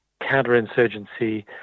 counterinsurgency